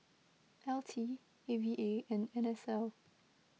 L T A V A and N S L